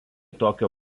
tokio